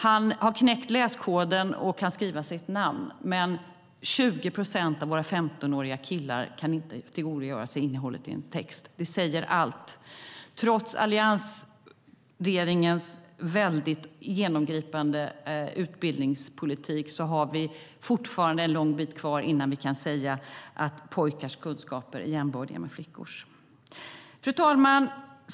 Han har knäckt läskoden och kan skriva sitt namn, men 20 procent av våra 15-åriga killar kan inte tillgodogöra sig innehållet i en text. Det säger allt. Trots alliansregeringens väldigt genomgripande utbildningspolitik har vi fortfarande en lång bit kvar innan vi kan säga att pojkars kunskaper är jämbördiga med flickors. Fru talman!